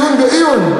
לא בעיון, בעיון.